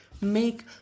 make